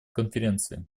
конференции